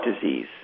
disease